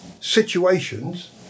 situations